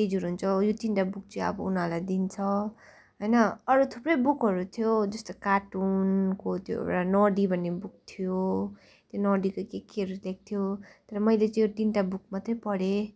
एजहरू हुन्छ यो तिनवटा बुक चाहिँ अब उनीहरूलाई दिन्छ होइन अरू थुप्रै बुकहरू थियो जस्तै कार्टुनको त्यो एउटा नडी भन्ने बुक थियो त्यो नडीको केकेहरू देख्थ्यो तर मैले चाहिँ तिनवटा बुक मात्रै पढेँ